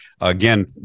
again